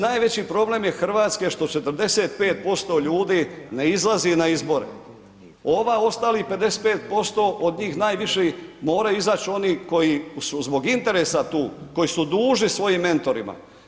Najveći problem je Hrvatske što 45% ljudi ne izlazi na izbore, ovih ostalih 55% od njih najviše moraju izaći oni koji su zbog interesa tu, koji su dužni svojim mentorima.